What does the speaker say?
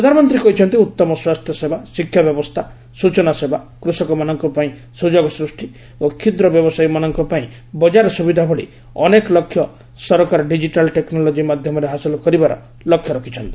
ପ୍ରଧାନମନ୍ତ୍ରୀ କହିଛନ୍ତି ଉତ୍ତମ ସ୍ୱାସ୍ଥ୍ୟସେବା ଶିକ୍ଷାବ୍ୟବସ୍ଥା ସ୍ୱଚନା ସେବା କୃଷକମାନଙ୍କ ପାଇଁ ସୁଯୋଗ ସୂଷ୍ଟି ଓ କ୍ଷୁଦ୍ର ବ୍ୟବସାୟୀମାନଙ୍କ ପାଇଁ ବଜାର ସୁବିଧା ଭଳି ଅନେକ ଲକ୍ଷ୍ୟ ସରକାର ଡିଜିଟାଲ୍ ଟେକ୍ନୋଲୋଜି ମାଧ୍ୟମରେ ହାସଲ କରିବାର ଲକ୍ଷ୍ୟ ରଖିଛନ୍ତି